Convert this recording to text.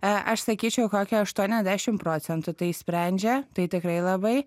e aš sakyčiau kokią aštuoniasdešimt procentų tai išsprendžia tai tikrai labai